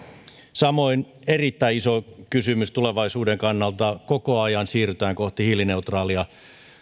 samoin erittäin iso kysymys tulevaisuuden kannalta koko ajan siirrytään kohti hiilineutraalia